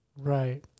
right